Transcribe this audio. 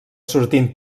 sortint